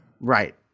right